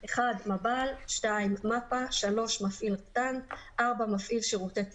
מב"ל, מפ"א, מפעיל רט"ן, מפעיל שירותי תמסורת,